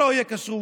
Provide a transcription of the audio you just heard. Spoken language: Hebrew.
שלא תהיה כשרות.